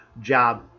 job